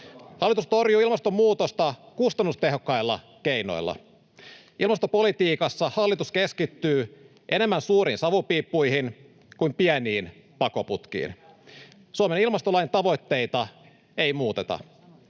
Hallitus torjuu ilmastonmuutosta kustannustehokkailla keinoilla. Ilmastopolitiikassa hallitus keskittyy enemmän suuriin savupiippuihin kuin pieniin pakoputkiin. Suomen ilmastolain tavoitteita ei muuteta.